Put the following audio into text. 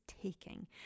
taking